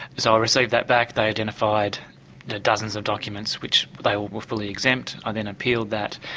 so i received that back they identified dozens of documents which they were fully exempt. i've then appealed that.